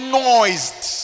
noised